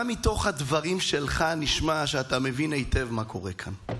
גם מתוך הדברים שלך נשמע שאתה מבין היטב מה קורה כאן.